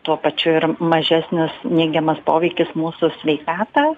tuo pačiu ir mažesnis neigiamas poveikis mūsų sveikatą